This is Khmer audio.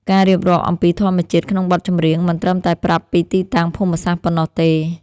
ការរៀបរាប់អំពីធម្មជាតិក្នុងបទចម្រៀងមិនត្រឹមតែប្រាប់ពីទីតាំងភូមិសាស្ត្រប៉ុណ្ណោះទេ។